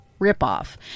ripoff